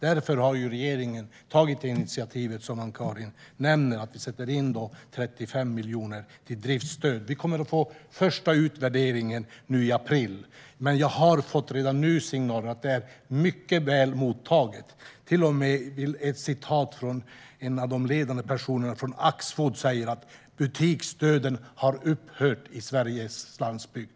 Därför har regeringen, som Anna-Caren nämner, tagit initiativ till ett driftsstöd på 35 miljoner. Vi kommer att få den första utvärderingen nu i april, men jag har redan nu fått signaler om att det är mycket väl mottaget. Till och med en av de ledande personerna i Axfood säger att butiksdöden har upphört i Sveriges landsbygd.